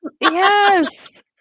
Yes